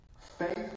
Faith